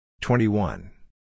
twenty-one